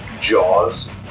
jaws